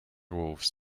wolves